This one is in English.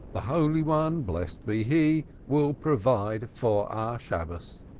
the holy one, blessed be he, will provide for our shabbos